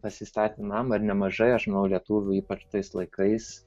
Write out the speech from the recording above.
pasistatė namą ir nemažai aš manau lietuvių ypač tais laikais